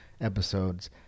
episodes